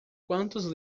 quantos